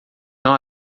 não